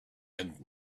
had